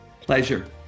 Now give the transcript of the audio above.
Pleasure